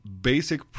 basic